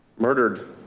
murdered